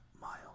mile